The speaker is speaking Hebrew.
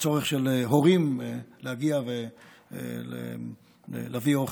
וצורך של הורים להגיע ולהביא אוכל.